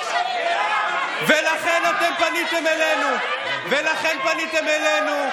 ולכן פניתם אלינו.